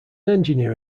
engineer